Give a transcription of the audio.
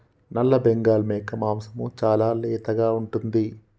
నల్లబెంగాల్ మేక మాంసం చాలా లేతగా ఉంటుంది